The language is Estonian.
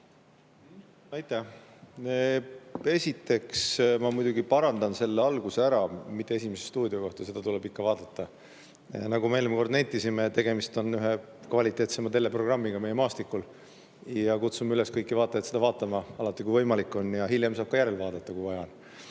Esiteks ma muidugi parandan selle alguse ära. Mitte "Esimese stuudio" kohta, seda tuleb ikka vaadata. Nagu me eelmine kord nentisime, on tegemist ühe kvaliteetseima teleprogrammiga meie [meedia]maastikul ja kutsume üles kõiki seda vaatama alati, kui võimalik on. Hiljem saab ka järele vaadata, kui vaja on,